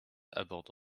aborde